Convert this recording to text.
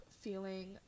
feeling